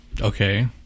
Okay